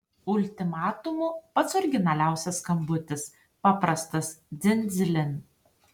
ultimatumu pats originaliausias skambutis paprastas dzin dzilin